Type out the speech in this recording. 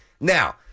Now